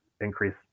increase